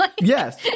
Yes